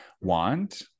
want